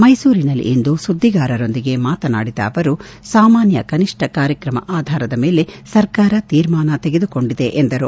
ಮೈಸೂರಿನಲ್ಲಿಂದು ಸುದ್ದಿಗಾರರೊಂದಿಗೆ ಮಾತನಾಡಿದ ಅವರು ಸಾಮಾನ್ಯ ಕನಿಷ್ಠ ಕಾರ್ಯಕ್ರಮ ಆಧಾರದ ಮೇಲೆ ಸರ್ಕಾರ ತೀರ್ಮಾನ ತೆಗೆದುಕೊಂಡಿದೆ ಎಂದರು